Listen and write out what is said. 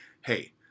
hey